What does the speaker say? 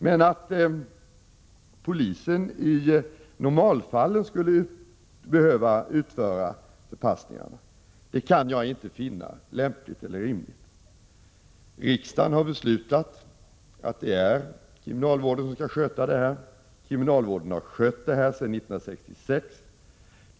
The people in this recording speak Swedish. Men att polisen i normalfallen skulle behöva utföra förpassningarna kan jaginte finna vare sig lämpligt eller rimligt. Riksdagen har beslutat att det är kriminalvården som skall sköta det här. Kriminalvården har också skött detta sedan 1966.